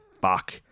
fuck